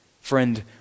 Friend